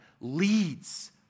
leads